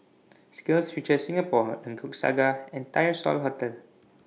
SkillsFuture Singapore Lengkok Saga and Tyersall Road